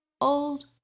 old